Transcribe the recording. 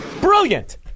Brilliant